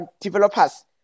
developers